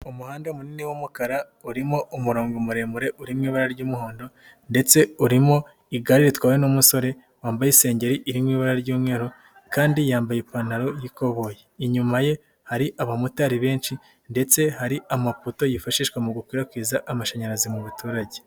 Umuhanda munini w'umukara urimo umurongo muremure urimo ibara ry'umuhondo ndetse urimo igare ritwawe n'umusore wambaye isengeri irimo ibara ry'umweru kandi yambaye ipantaro y'ikoboyi, inyuma ye hari abamotari benshi ndetse hari amapoto yifashishwa mu gukwirakwiza amashanyarazi mu baturage.